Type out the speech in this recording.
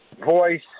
voice